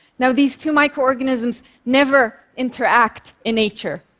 now, these two microorganisms never interact in nature.